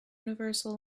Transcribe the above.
universal